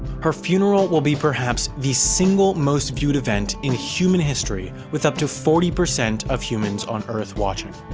her funeral will be perhaps the single most viewed event in human history with up to forty percent of humans on earth watching.